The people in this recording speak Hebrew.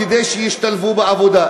כדי שישתלבו בעבודה.